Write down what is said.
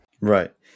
right